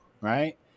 right